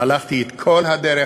הלכתי את כל הדרך,